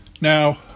Now